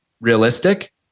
realistic